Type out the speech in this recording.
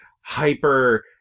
hyper